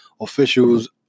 officials